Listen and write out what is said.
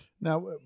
Now